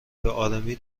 بهآرامی